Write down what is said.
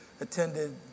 attended